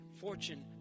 fortune